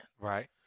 Right